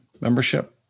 membership